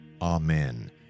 Amen